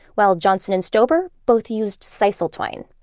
while johnson and stoeber both used sisal twine.